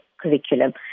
curriculum